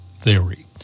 theory